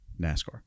NASCAR